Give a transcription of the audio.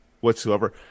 whatsoever